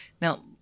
now